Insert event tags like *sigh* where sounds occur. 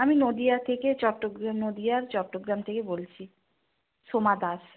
আমি নদীয়া থেকে চট্ট *unintelligible* নদীয়ার চট্টগ্রাম থেকে বলছি সোমা দাস